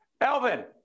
Elvin